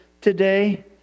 today